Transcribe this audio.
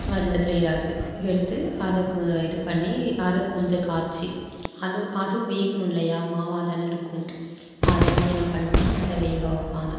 அது ரெண்டுத்துல ஏதாவது எடுத்து அத கொ இது பண்ணி அதை கொஞ்சோம் காய்ச்சி அது அது வேகணும் இல்லையா மாவாக தானே இருக்கும் அதை வந்து என்ன பண்ணுவாங்கனா அதை வேக வைப்பாங்க